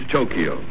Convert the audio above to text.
Tokyo